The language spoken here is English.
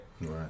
Right